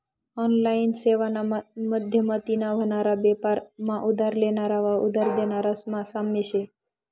online सेवाना माध्यमतीन व्हनारा बेपार मा उधार लेनारा व उधार देनारास मा साम्य शे